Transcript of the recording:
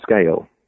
scale